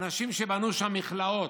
אנשים שבנו שם מכלאות,